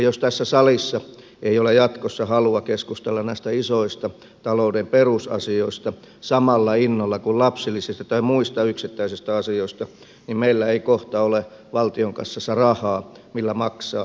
jos tässä salissa ei ole jatkossa halua keskustella näistä isoista talouden perusasioista samalla innolla kuin lapsilisistä tai muista yksittäisistä asioista niin meillä ei kohta ole valtion kassassa rahaa millä maksaa niitä lapsilisiä